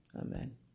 Amen